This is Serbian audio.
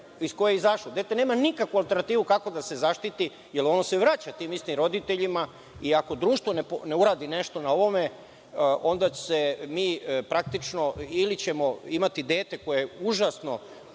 iz koje je izašlo. Dete nema nikakvu alternativu kako da se zaštiti jer ono se vraća tim istim roditeljima. Ako društvo ne uradi nešto na ovome, onda ćemo mi imati ili dete koje je u užasno